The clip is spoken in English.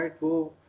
right